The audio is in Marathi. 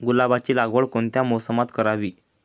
गुलाबाची लागवड कोणत्या मोसमात करावी?